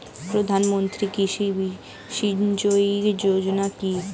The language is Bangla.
প্রধানমন্ত্রী কৃষি সিঞ্চয়ী যোজনা কি?